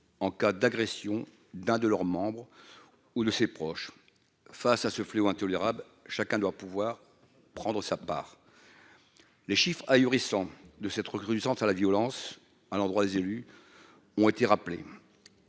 en cas d'agression d'un de leurs membres ou de ses proches, face à ce fléau intolérable, chacun doit pouvoir prendre sa part les chiffres ahurissants de cette recrudescence à la violence à l'endroit des élus ont été rappelés